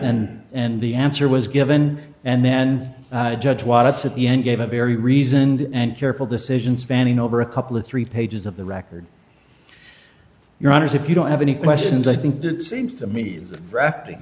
and and the answer was given and then judge watts at the end gave a very reasoned and careful decisions fanning over a couple of three pages of the record your honour's if you don't have any questions i think that seems to me as drafting